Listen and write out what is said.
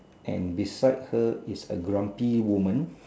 and beside her is a grumpy woman